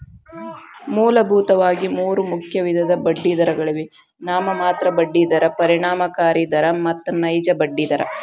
ಮೂಲಭೂತವಾಗಿ ಮೂರು ಮುಖ್ಯ ವಿಧದ ಬಡ್ಡಿದರಗಳಿವೆ ನಾಮಮಾತ್ರ ಬಡ್ಡಿ ದರ, ಪರಿಣಾಮಕಾರಿ ದರ ಮತ್ತು ನೈಜ ಬಡ್ಡಿ ದರ